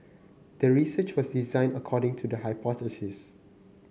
the research was designed according to the hypothesis